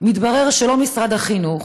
מתברר שלא משרד החינוך